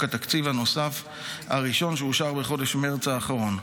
התקציב הנוסף הראשון שאושר בחודש מרץ האחרון.